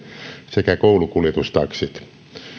sekä koulukuljetustaksit